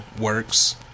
works